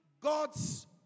God's